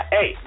Hey